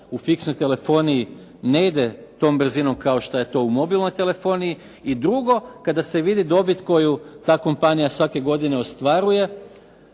u fiksnoj telefoniji ne ide tom brzinom kao što je to u mobilnoj telefoniji i drugo kada se vidi dobit koju ta kompanija svake godine ostvaruje